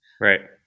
Right